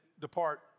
depart